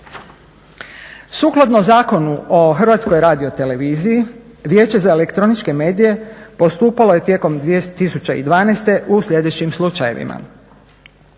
Sukladno Zakonu o HRT-u Vijeće za elektroničke medije postupalo je tijekom 2012.u sljedećim slučajevima.